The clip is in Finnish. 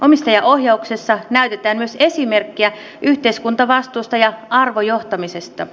omistajaohjauksessa näytetään myös esimerkkiä yhteiskuntavastuusta ja arvojohtamisesta